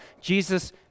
Jesus